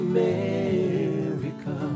America